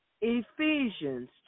Ephesians